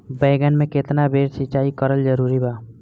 बैगन में केतना बेर सिचाई करल जरूरी बा?